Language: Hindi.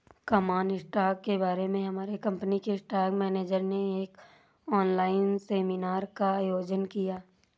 कॉमन स्टॉक के बारे में हमारे कंपनी के स्टॉक मेनेजर ने एक ऑनलाइन सेमीनार का आयोजन किया